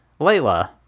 Layla